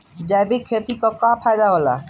जैविक खेती क का फायदा होला?